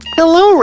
Hello